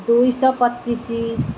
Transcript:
ଦୁଇ ଶହ ପଚିଶ